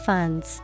Funds